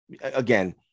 again